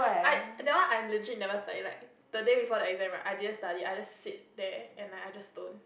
I that one I legit never study like the day before the exam right I didn't study I just sit there and like I just don't